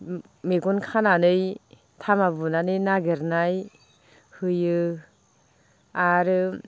मेगन खानानै थामा बुनानै नागिरनाय होयो आरो